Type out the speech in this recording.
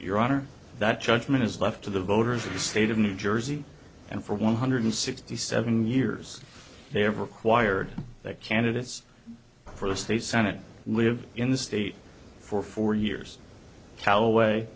your honor that judgment is left to the voters of the state of new jersey and for one hundred sixty seven years they are required that candidates for the state senate live in the state for four years calloway